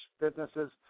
businesses